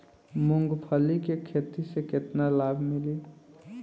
मूँगफली के खेती से केतना लाभ मिली?